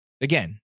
Again